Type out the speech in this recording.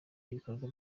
n’ibikorwa